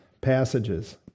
passages